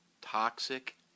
Toxic